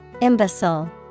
Imbecile